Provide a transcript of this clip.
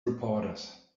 reporters